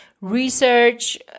Research